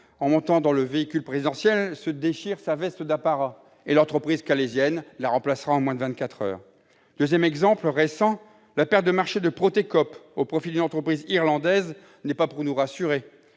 en montant dans le véhicule présidentiel : l'entreprise calaisienne l'a remplacée en moins de vingt-quatre heures. Deuxième exemple récent, la perte de marché de Protecop au profit d'une entreprise irlandaise n'est pas pour nous rassurer.